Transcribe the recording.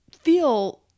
feel